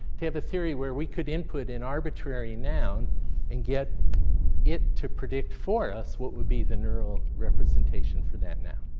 to have a theory where we could input an arbitrary noun and get it to predict for us what would be the neural representation for that non.